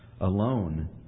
alone